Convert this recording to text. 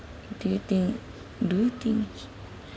do you think do you think